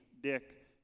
Dick